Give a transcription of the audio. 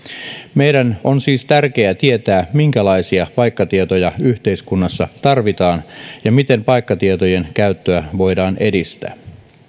meidän on siis tärkeä tietää minkälaisia paikkatietoja yhteiskunnassa tarvitaan ja miten paikkatietojen käyttöä voidaan edistää